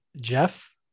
Jeff